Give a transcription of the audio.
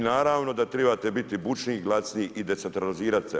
I naravno da trebate biti bučniji i glasniji i decentralizirati se.